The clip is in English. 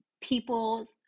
people's